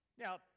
Now